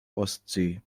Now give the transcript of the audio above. ostsee